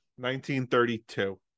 1932